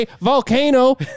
volcano